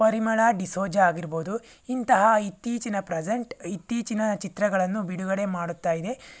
ಪರಿಮಳಾ ಡಿಸೋಜಾ ಆಗಿರಬಹುದು ಇಂತಹ ಇತ್ತೀಚಿನ ಪ್ರೆಸೆಂಟ್ ಇತ್ತೀಚಿನ ಚಿತ್ರಗಳನ್ನು ಬಿಡುಗಡೆ ಮಾಡುತ್ತಾ ಇದೆ